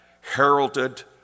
heralded